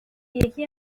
یکی